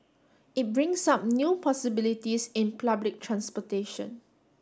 it brings up new possibilities in public transportation